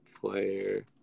player